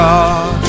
God